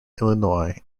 illinois